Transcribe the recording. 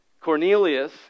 Cornelius